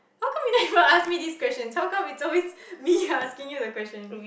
how come you never ask me these questions how come it's always me asking these questions